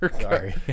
Sorry